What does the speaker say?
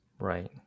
Right